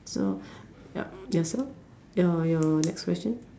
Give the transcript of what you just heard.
so yup yourself your your next question